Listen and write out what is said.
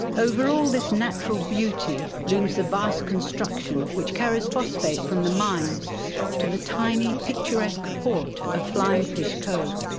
over all this natural beauty looms the vast construction which carries phosphate from the mines to the tiny picturesque port of flying fish cove.